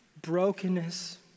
brokenness